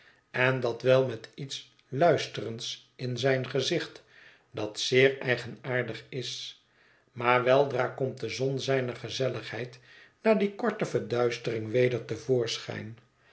en dat wel met iets luisterends in zijn gezicht dat zeer eigenaardig is maar weldra komt de zon zijner gezelligheid na die korte verduistering weder